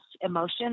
emotion